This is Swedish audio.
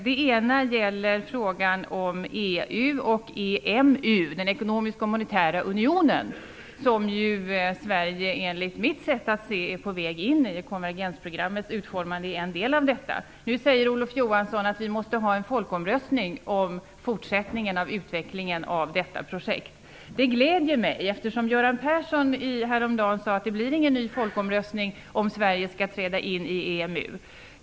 Den ena gäller frågan om EU och EMU, den ekonomiska och monetära unionen, som ju Sverige, enligt mitt sätt att se, är på väg in i. Konvergensprogrammets utformande är en del av detta. Nu säger Olof Johansson att vi måste ha en folkomröstning om fortsättningen av utvecklingen av detta projekt. Det gläder mig, eftersom Göran Persson häromdagen sade att det inte blir någon ny folkomröstning om Sverige skall träda in i EMU.